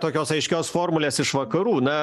tokios aiškios formulės iš vakarų na